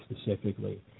specifically